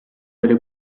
delle